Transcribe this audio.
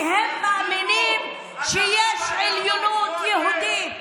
כי הם מאמינים שיש עליונות יהודית,